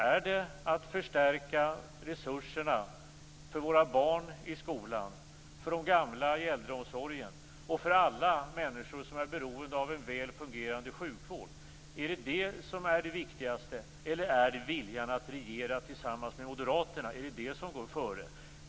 Är det viktigaste att förstärka resurserna för våra barn i skolan, för de gamla i äldreomsorgen och för alla människor som är beroende av en väl fungerande sjukvård? Är det detta som är det viktigaste, eller är det viljan att regera tillsammans med moderaterna? Är det detta som går före?